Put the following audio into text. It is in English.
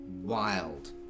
wild